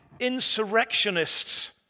insurrectionists